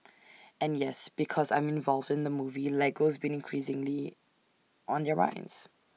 and yes because I'm involved in the movie Lego's been increasingly on their minds